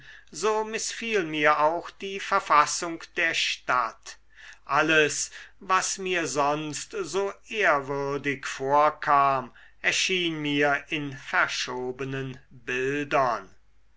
so mißfiel mir auch die verfassung der stadt alles was mir sonst so ehrwürdig vorkam erschien mir in verschobenen bildern